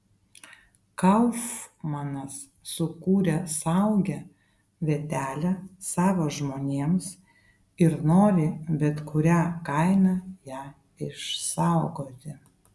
kaufmanas sukūrė saugią vietelę savo žmonėms ir nori bet kuria kaina ją išsaugoti